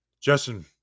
Justin